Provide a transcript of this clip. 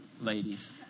Ladies